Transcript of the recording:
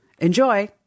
Enjoy